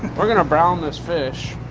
we're going to brown this fish.